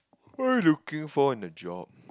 what are you looking for in a job